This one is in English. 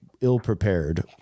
ill-prepared